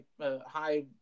high